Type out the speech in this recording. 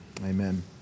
Amen